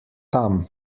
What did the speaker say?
tam